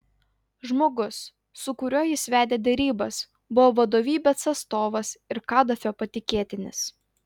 žmogus su kuriuo jis vedė derybas buvo vadovybės atstovas ir kadafio patikėtinis